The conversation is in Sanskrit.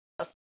अस्